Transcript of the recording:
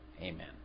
Amen